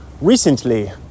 recently